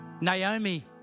Naomi